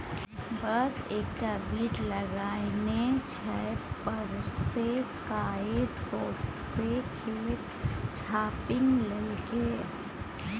बांस एकटा बीट लगेने छै पसैर कए सौंसे खेत छापि लेलकै